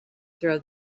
throw